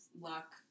luck